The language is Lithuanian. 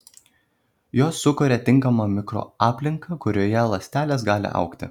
jos sukuria tinkamą mikroaplinką kurioje ląstelės gali augti